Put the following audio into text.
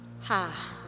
Ha